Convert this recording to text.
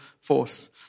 force